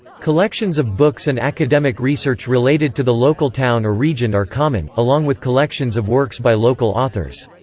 collections of books and academic research related to the local town or region are common, along with collections of works by local authors.